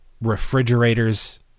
refrigerators